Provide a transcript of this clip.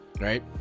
right